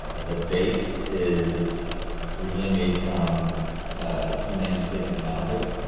ah the base is originally made from a c nine six mauser,